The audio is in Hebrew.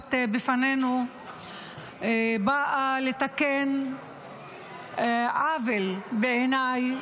שמונחת בפנינו באה לתקן עוול, בעיניי,